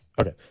Okay